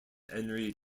henri